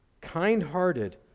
kind-hearted